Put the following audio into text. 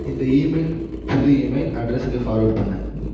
இந்த இமெயில் புது இமெயில் அட்ரஸ்ஸுக்கு ஃபார்வேட் பண்ணு